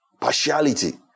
partiality